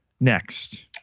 next